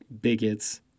bigots